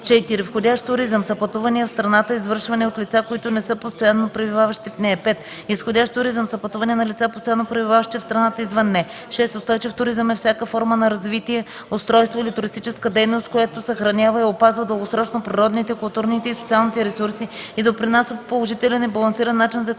5. „Изходящ туризъм” са пътувания на лица, постоянно пребиваващи в страната, извън нея. 6. „Устойчив туризъм” е всяка форма на развитие, устройство или туристическа дейност, която съхранява и опазва дългосрочно природните, културните и социалните ресурси и допринася по положителен и балансиран начин за